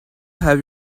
have